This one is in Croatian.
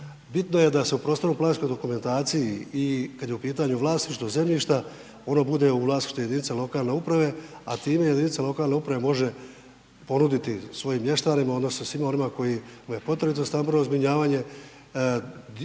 Bitno je da se prostornoj planskoj dokumentaciji i kada je u pitanju vlasništvo zemljišta ono bude u vlasništvu jedinice lokalne uprave a time i jedinice lokalne uprave može ponuditi svojim mještanima, odnosno, svima onima kojima je potrebito stambeno zbrinjavanje.